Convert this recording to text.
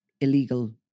illegal